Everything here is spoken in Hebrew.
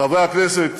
חברי הכנסת,